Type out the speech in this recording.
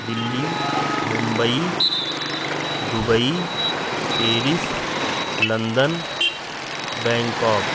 Delhi Mumbai Dubai Paris London Bangkok